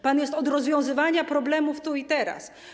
Pan jest od rozwiązywania problemów tu i teraz.